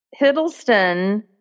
Hiddleston